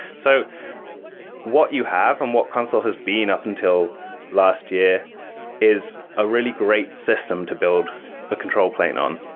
so what you have and what consul has been up until last year is a really great system to build a control plane on.